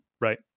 right